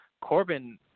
Corbin